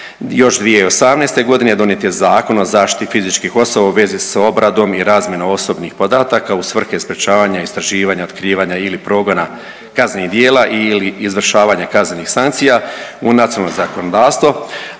još 2018. g. donijet je Zakon o zaštiti fizičkih osoba u vezi s obradom i razmjenom osobnih podataka u svrhe sprječavanje, istraživanja, otkrivanja ili progona kaznenih djela ili izvršavanja kaznenih sankcija u nacionalno zakonodavstvo,